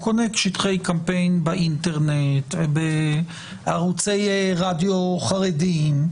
הוא קונה שטחי קמפיין באינטרנט ובערוצי רדיו חרדיים,